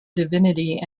divinity